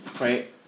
right